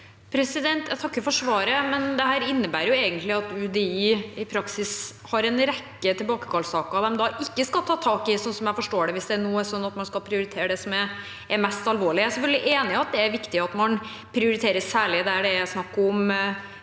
Jeg takker for svaret. Dette innebærer egentlig at UDI i praksis har en rekke tilbakekallssaker de ikke skal ta tak i, sånn jeg forstår det, hvis er sånn at man skal prioritere det som er mest alvorlig. Jeg er selvfølgelig enig i at det er viktig at man særlig prioriterer saker der det er snakk om